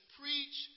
preach